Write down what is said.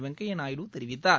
வெங்கய்யா நாயுடு தெரிவித்தார்